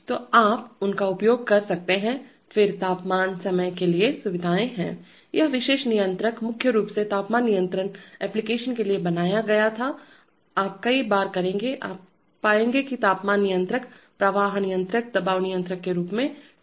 तो आप उनका उपयोग कर सकते हैं फिर तापमान समय के लिए सुविधाएं हैं यह विशेष रूप से नियंत्रककण्ट्रोलर मुख्य रूप से तापमान नियंत्रण एप्लिकेशन के लिए बनाया गया था आप कई बार करेंगे आप पाएंगे कि तापमान नियंत्रक प्रवाह नियंत्रक दबाव नियंत्रक के रूप में चिह्नित हैं